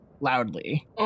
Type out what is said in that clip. loudly